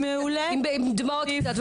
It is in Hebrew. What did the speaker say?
עם קצת דמעות.